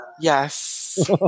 yes